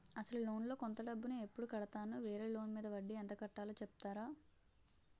అసలు లోన్ లో కొంత డబ్బు ను ఎప్పుడు కడతాను? వేరే లోన్ మీద వడ్డీ ఎంత కట్తలో చెప్తారా?